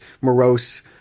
morose